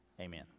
Amen